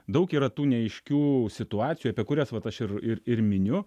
daug yra tų neaiškių situacijų apie kurias vat aš ir ir ir miniu